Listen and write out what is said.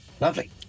lovely